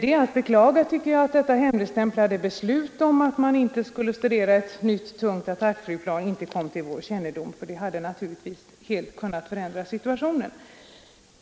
Det är att beklaga, tycker jag, att detta hemligstämplade beslut om att man inte skulle studera ett nytt tungt attackflygplan inte kom till vår kännedom, ty det hade naturligtvis helt kunnat förändra situationen.